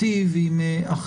אנחנו